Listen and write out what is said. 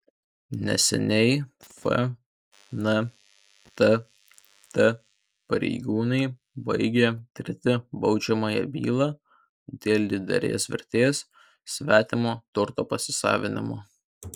neseniai fntt pareigūnai baigė tirti baudžiamąją bylą dėl didelės vertės svetimo turto pasisavinimo